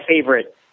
favorite